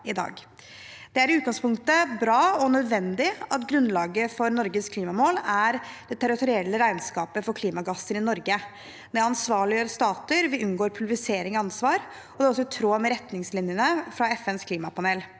utgangspunktet bra og nødvendig at grunnlaget for Norges klimamål er det territorielle regnskapet for klimagasser i Norge. Det ansvarliggjør stater, og vi unngår pulverisering av ansvar. Det er også i tråd med retningslinjene fra FNs klimapanel.